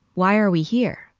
why are we here?